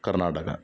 Karnataka